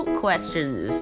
questions